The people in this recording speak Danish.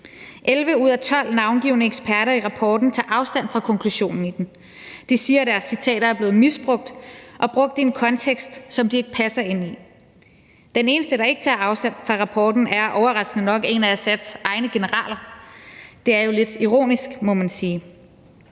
11 ud af 12 navngivne eksperter i rapporten tager afstand fra konklusionen i den. De siger, er deres citater er blevet misbrugt og brugt i en kontekst, som de ikke passer ind i. Den eneste, der ikke tager afstand fra rapporten, er overraskende nok en af Assads egne generaler – det er jo lidt ironisk, må man sige.